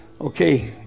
Okay